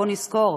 בואו נזכור: